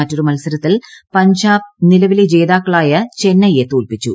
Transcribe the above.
മറ്റൊരു മത്സരത്തിൽ പഞ്ചാബ്നിലവിലെ ജേതാക്കളായ ചെന്നൈയെ തോൽപ്പിച്ചു